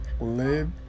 live